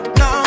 no